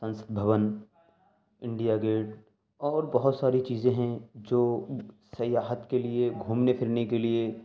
سنسد Bhavan India Gate اور بہت ساری چیزیں ہیں جو سیاحت کے لیے گھومنے پھرنے کے لیے